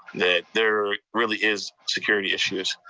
that there really is security issues.